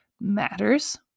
matters